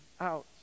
out